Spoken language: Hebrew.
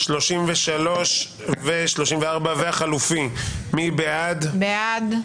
הצבעה בעד,